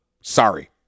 sorry